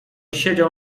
siedział